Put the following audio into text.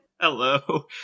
Hello